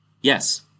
Yes